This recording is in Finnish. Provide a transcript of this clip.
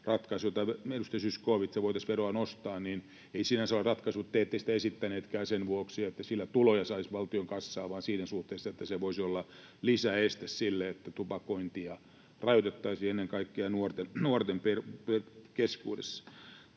ratkaisu, josta edustaja Zyskowicz puhui, että voitaisiin veroa nostaa, ei sinänsä ole ratkaisu. Te ette sitä esittäneetkään sen vuoksi, että sillä tuloja saisi valtion kassaan, vaan siinä suhteessa, että se voisi olla lisäeste sille, että tupakointia rajoitettaisiin ennen kaikkea nuorten keskuudessa.